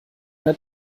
der